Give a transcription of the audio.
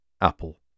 apple